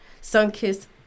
sun-kissed